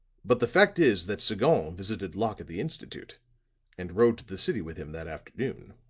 but the fact is that sagon visited locke at the institute and rode to the city with him that afternoon.